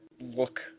look